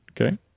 Okay